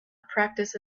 practice